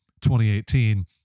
2018